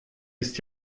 ist